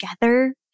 together